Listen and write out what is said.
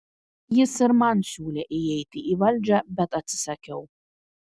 jis ir man siūlė įeiti į valdžią bet atsisakiau